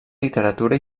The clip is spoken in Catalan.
literatura